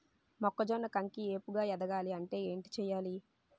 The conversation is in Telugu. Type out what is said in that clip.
మొక్కజొన్న కంకి ఏపుగ ఎదగాలి అంటే ఏంటి చేయాలి?